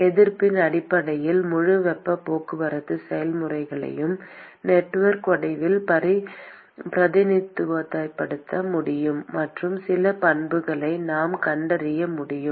எதிர்ப்பின் அடிப்படையில் முழு வெப்பப் போக்குவரத்து செயல்முறையையும் நெட்வொர்க் வடிவில் பிரதிநிதித்துவப்படுத்த முடியும் மற்றும் சில பண்புகளை நாம் கண்டறிய முடியும்